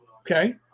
Okay